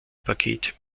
paket